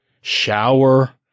shower